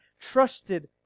trusted